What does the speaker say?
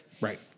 Right